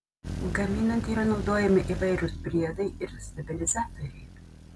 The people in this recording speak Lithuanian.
gaminant yra naudojami įvairūs priedai ir stabilizatoriai